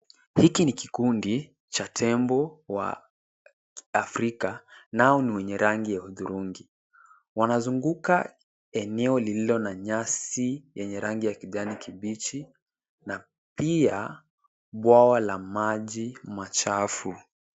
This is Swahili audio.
Hiki ni kikundi cha tembo wa Afrika nao ni wenye rangi ya hudhurungi. Wanazunguka eneo lililo na nyasi yenye rangi ya kijani kibichi na pia bwawa la maji machafu.